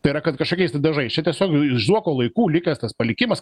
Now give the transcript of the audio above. tai yra kad kažkokiais tai dažais čia tiesiog zuoko laikų likęs tas palikimas